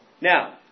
Now